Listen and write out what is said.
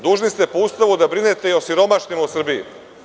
Dužni ste po Ustavu da brinete i o siromašnima u Srbiji.